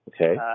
okay